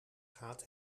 gaat